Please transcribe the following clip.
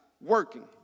working